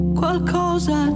qualcosa